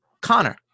Connor